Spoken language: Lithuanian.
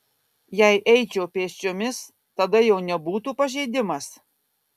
jei eičiau pėsčiomis tada jau nebūtų pažeidimas